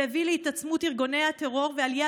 שהביא להתעצמות ארגוני הטרור ועלייה